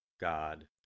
God